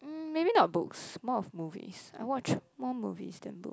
mm maybe not books more of movies I watch more movies than book